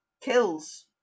kills